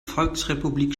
volksrepublik